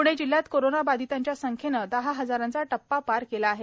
पुणे जिल्ह्यात कोरोना बाधितांच्या संख्येनं दहा हजाराचा टप्पा पार केला आहे